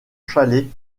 chalet